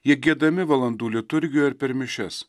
jie giedami valandų liturgijoj ir per mišias